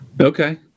Okay